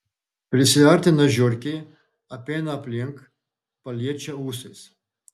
prisiartina žiurkė apeina aplink paliečia ūsais